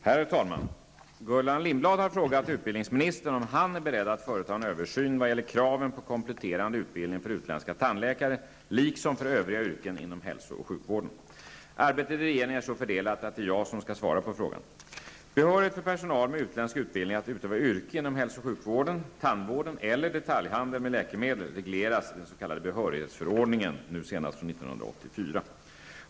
Herr talman! Gullan Lindblad har frågat utbildningsministern om han är beredd att företa en översyn vad gäller kraven på kompletterande utbildning för utländska tandläkare liksom för övriga yrken inom hälso och sjukvården. Arbetet i regeringen är så fördelat att det är jag som skall svara på frågan. Behörighet för personal med utländsk utbildning att utöva yrka inom hälso och sjukvården, tandvården eller detaljhandeln med läkemedel regleras i den s.k. behörighetsförordningen .